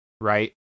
right